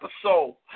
episode